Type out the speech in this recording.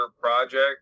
project